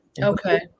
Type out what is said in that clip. Okay